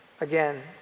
again